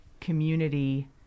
community